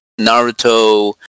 Naruto